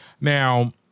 Now